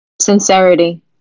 sincerity